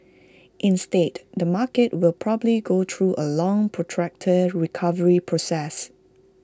instead the market will probably go through A long protracted recovery process